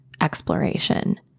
exploration